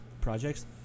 projects